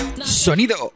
Sonido